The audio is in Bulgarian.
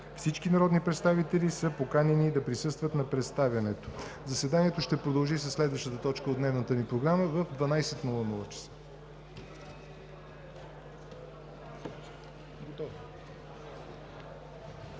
Всички народни представители са поканени да присъстват на представянето. Заседанието ще продължи със следващата точка от днешната ни програма в 12,00 ч.